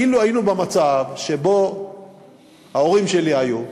אילו היינו במצב שבו ההורים שלי היו,